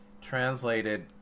translated